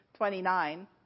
29